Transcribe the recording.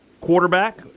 quarterback